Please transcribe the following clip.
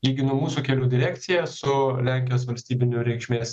lyginu mūsų kelių direkciją su lenkijos valstybinių reikšmės